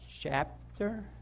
chapter